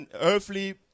earthly